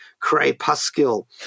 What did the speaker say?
Crepuscule